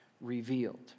Revealed